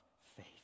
faith